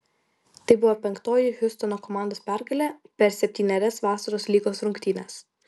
tai buvo penktoji hjustono komandos pergalė per septynerias vasaros lygos rungtynes